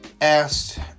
asked